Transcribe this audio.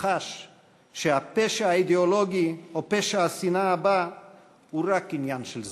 שחש שהפשע האידיאולוגי או פשע השנאה הבא הוא רק עניין של זמן.